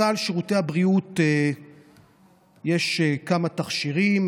בסל שירותי הבריאות יש כמה תכשירים,